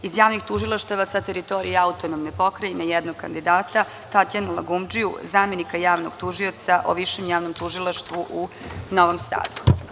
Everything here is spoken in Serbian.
Iz javnih tužilaštava sa teritorije autonomne pokrajine jednog kandidataTatjanu Lagumdžiju, zamenika javnog tužioca u Višem javnom tužilaštvu u Novom Sadu.